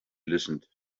listened